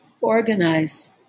organize